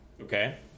Okay